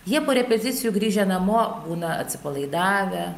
jie po repeticijų grįžę namo būna atsipalaidavę